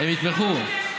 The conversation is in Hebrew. הם יתמכו.